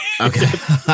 okay